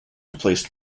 replaced